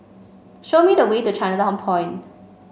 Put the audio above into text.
show me the way to Chinatown Point